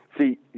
See